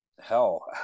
hell